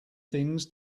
things